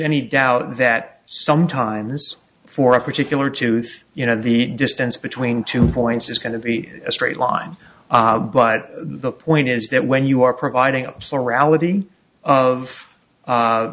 any doubt that sometimes for a particular tooth you know the distance between two points is going to be a straight line but the point is that when you are providing a plurality of